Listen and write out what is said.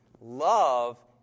love